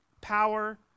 power